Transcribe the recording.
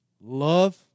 love